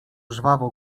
żwawo